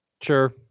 Sure